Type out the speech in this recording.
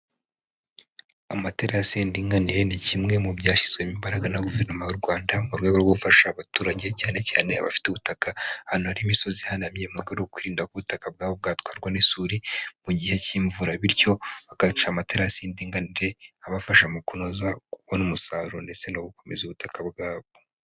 Amaterasi y'indinganire, ni kimwe mu byashyizwemo imbaraga na Guverinoma y'u Rwanda, mu rwego rwo gufasha abaturage, cyane cyane abafite ubutaka, ahantu hari imisozi ihanamye, mu rwego kwirinda ko ubutaka bwabo bwatwarwa n'isuri, mu gihe cy'imvura. Bityo bagaca amaterasi y'indinganire, abafasha mu kunoza kubona umusaruro ndetse no gukomeza ubutaka bwabo.